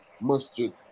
Mustard